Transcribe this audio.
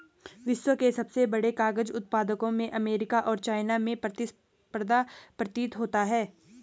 विश्व के सबसे बड़े कागज उत्पादकों में अमेरिका और चाइना में प्रतिस्पर्धा प्रतीत होता है